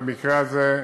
במקרה הזה,